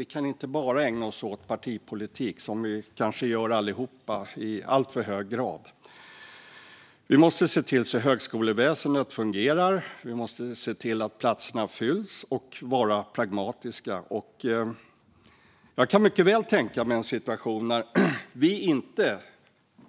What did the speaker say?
Vi kan inte bara ägna oss åt partipolitik, som vi kanske gör allihop i alltför hög grad. Vi måste se till att högskoleväsendet fungerar, vi måste se till att platserna fylls och vi måste vara pragmatiska. Jag kan mycket väl tänka mig en situation när vi inte